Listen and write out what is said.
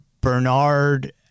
Bernard